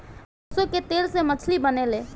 सरसों के तेल से मछली बनेले